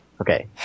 Okay